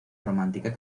romántica